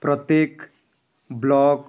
ପ୍ରତ୍ୟେକ ବ୍ଲକ୍